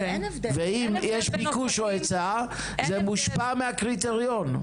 ואם יש ביקוש או היצע זה מושפע מהקריטריון.